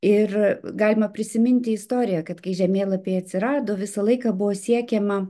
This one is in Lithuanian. ir galima prisiminti istoriją kad kai žemėlapiai atsirado visą laiką buvo siekiama